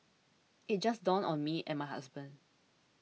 it just dawned on me and my husband